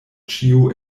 ĉiu